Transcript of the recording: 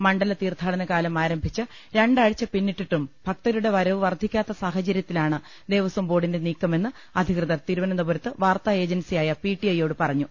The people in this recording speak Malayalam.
മണ്ഡല തീർത്ഥാടനകാലം ആരംഭിച്ച് രണ്ടാഴ്ച പിന്നിട്ടിട്ടും ഭക്തരുടെ വരവ് വർദ്ധിക്കാത്ത സാഹചര്യ ത്തിലാണ് ദേവസ്വം ബോർഡിന്റെ നീക്കമെന്ന് അധികൃതർ തിരുവനന്തപു രത്ത് വാർത്താ ഏജൻസിയായ പി ടി ഐയോട് പറഞ്ഞു